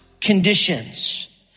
conditions